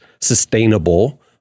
sustainable